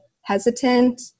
hesitant